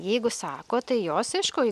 jeigu sako tai jos aišku